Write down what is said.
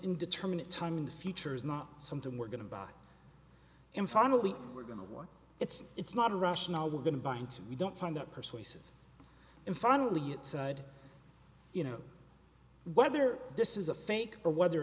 indeterminate time in the future is not something we're going to buy and finally we're going to war it's it's not a rush now we're going to find we don't find that persuasive and finally you know whether this is a fake or whether